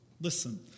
Listen